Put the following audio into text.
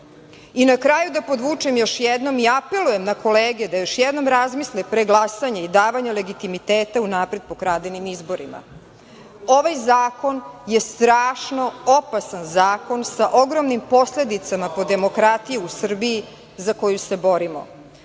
na kraju da podvučem još jednom i apelujem na kolege da još jednom razmisle pre glasanja i davanja legitimiteta unapred pokradenim izborima, ovaj zakon je strašno opasan zakon sa ogromnim posledicama po demokratiju u Srbiji za koju se borimo.